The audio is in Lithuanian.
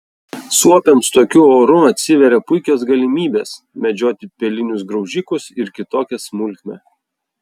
suopiams tokiu oru atsiveria puikios galimybės medžioti pelinius graužikus ir kitokią smulkmę